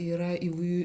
yra įvai